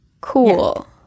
cool